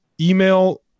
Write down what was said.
email